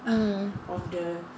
mm